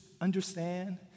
understand